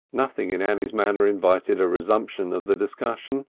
nothing in annie's manner invited a resumption of the discussion.